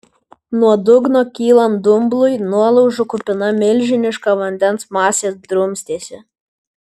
nuo dugno kylant dumblui nuolaužų kupina milžiniška vandens masė drumstėsi